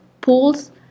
pools